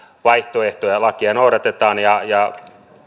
vaihtoehtoja lakia noudatetaan ja ja